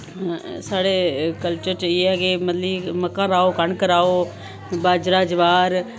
साढ़े कल्चर च एह् ऐ कि मतलब कि मक्कां राहो कनक राहो बाजरा ज्वार